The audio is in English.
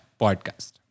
podcast